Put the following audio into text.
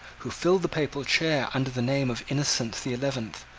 who filled the papal chair under the name of innocent the eleventh,